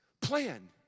plan